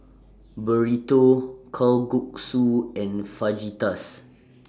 Burrito Kalguksu and Fajitas